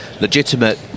legitimate